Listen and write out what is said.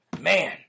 man